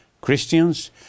christians